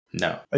No